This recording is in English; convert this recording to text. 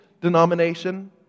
denomination